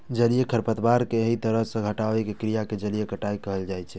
जलीय खरपतवार कें एहि तरह सं हटाबै के क्रिया कें जलीय कटाइ कहल जाइ छै